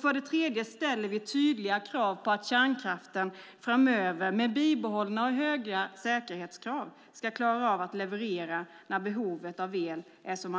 För det tredje ställer vi tydliga krav på att kärnkraften framöver med bibehållna och höga säkerhetskrav ska klara av att leverera när behovet av el är som